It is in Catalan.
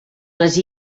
les